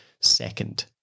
second